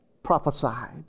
prophesied